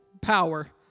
power